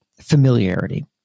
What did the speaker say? familiarity